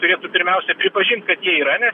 turėtų pirmiausia pripažint kad jie yra nes